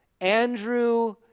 Andrew